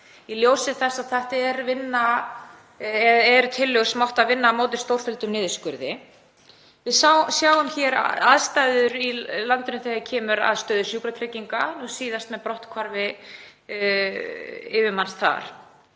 í ljósi þess að þetta eru tillögur sem áttu að vinna á móti stórfelldum niðurskurði. Við sjáum hér aðstæður í landinu þegar kemur að stöðu Sjúkratrygginga, nú síðast með brotthvarfi yfirmanns þar.